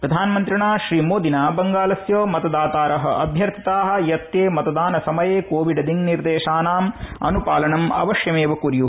प्रधानमन्त्रिणा श्रीमोदिना बंगालस्य मतदातार अध्यर्थिता यते मतदानसमये कोविड दिङ्निर्देशानाम् अनुपालनम् अवश्यमेव कुर्यु